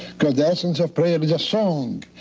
because the essence of prayer is a song,